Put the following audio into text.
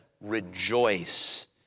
Rejoice